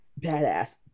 badass